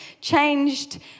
changed